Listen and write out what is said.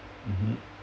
mmhmm